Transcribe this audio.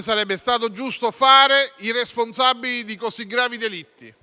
sarebbe stato giusto fare i responsabili di così gravi delitti.